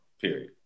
period